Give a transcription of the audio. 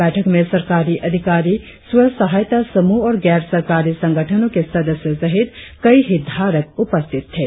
बैठक में सरकारी अधिकारी स्व सहायता समूह और गौर सरकारी संगठनों के सदस्यों सहित कई हितधारक उपस्थित थे